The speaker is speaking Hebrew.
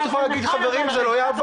את יכולה להגיד 'חברים, זה לא יעבור'.